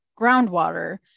groundwater